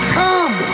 come